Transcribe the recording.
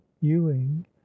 Ewing